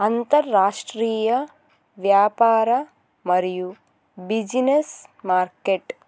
అంతర్రాష్ట్రీయ వ్యాపార మరియు business market